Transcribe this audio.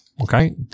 okay